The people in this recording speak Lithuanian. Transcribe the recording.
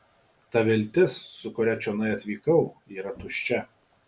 ta viltis su kuria čionai atvykau yra tuščia